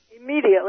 immediately